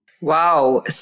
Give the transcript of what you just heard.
Wow